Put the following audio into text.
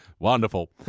Wonderful